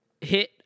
hit